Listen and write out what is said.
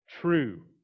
true